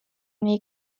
nii